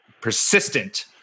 persistent